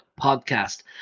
podcast